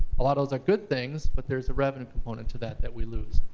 a lot of those are good things, but there's a revenue component to that that we lose.